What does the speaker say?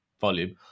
volume